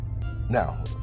Now